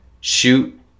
shoot